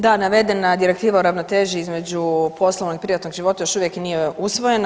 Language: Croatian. Da, navedena Direktiva o ravnoteži između poslovnog i privatnog života još uvijek nije usvojena.